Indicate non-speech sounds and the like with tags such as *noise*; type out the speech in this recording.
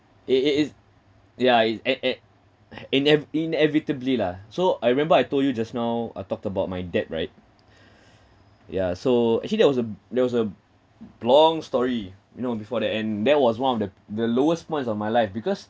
it it is ya in e~ e~ *breath* inev~ inevitably lah so I remember I told you just now I talked about my dad right *breath* ya so actually that was a that was a long story you know before that and that was one of the the lowest points of my life because